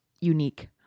unique